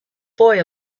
boy